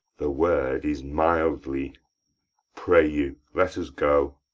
the word is, mildly pray you let us go